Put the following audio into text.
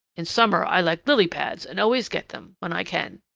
in summer i like lily pads and always get them when i can.